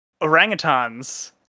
orangutans